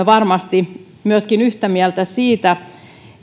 varmasti yhtä mieltä myöskin siitä